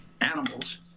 animals